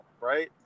Right